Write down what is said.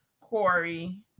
Corey